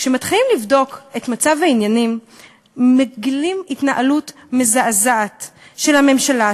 כשמתחילים לבדוק את מצב העניינים מגלים התנהלות מזעזעת של הממשלה,